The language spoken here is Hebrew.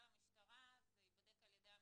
במשטרה ואז זה ייבדק על ידם.